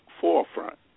forefront